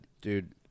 Dude